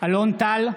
אלון טל,